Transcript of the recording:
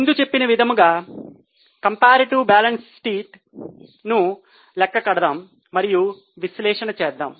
ముందు చెప్పిన విధముగా మనము తులనాత్మక మిగులు పట్టిక ను లెక్క కడదాం మరియు విశ్లేషణ చేద్దాము